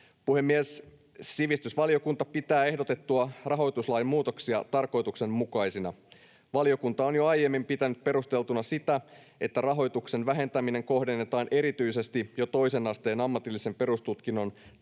Puhemies! Sivistysvaliokunta pitää ehdotettuja rahoituslain muutoksia tarkoituksenmukaisina. Valiokunta on jo aiemmin pitänyt perusteltuna sitä, että rahoituksen vähentäminen kohdennetaan erityisesti jo toisen asteen ammatillisen perustutkinnon tai